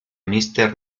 mister